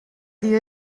dia